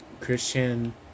Christian